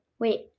wait